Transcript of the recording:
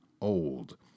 old